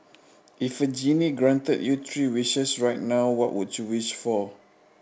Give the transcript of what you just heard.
if a genie granted you three wishes right now what would you wish for